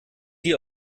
dir